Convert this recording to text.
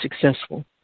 successful